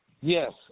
Yes